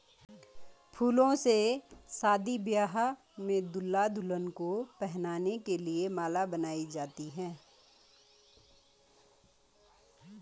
फूलों से शादी ब्याह में दूल्हा दुल्हन को पहनाने के लिए माला बनाई जाती है